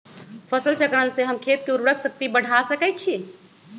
फसल चक्रण से हम खेत के उर्वरक शक्ति बढ़ा सकैछि?